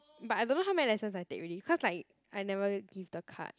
but I don't know how many lessons I take already cause like I never give the card